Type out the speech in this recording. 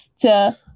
to-